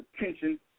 attention